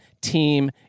team